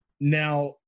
now